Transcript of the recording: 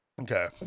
Okay